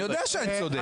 אני יודע שאני צודק.